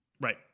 Right